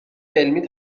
علمی